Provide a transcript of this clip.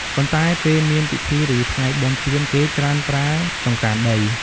ប៉ុន្តែ ពេលមានពិធី ឬ ថ្ងៃបុណ្យទាន គេច្រើនប្រើចង្ក្រានដី។